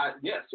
yes